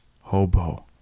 Hobo